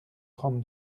trente